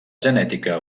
genètica